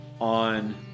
on